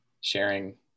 sharing